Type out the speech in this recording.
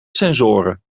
sensoren